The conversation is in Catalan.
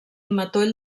matoll